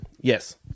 Yes